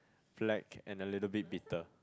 flag and a little bit bitter